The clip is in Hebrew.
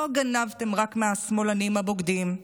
לא גנבתם רק מהשמאלנים הבוגדים,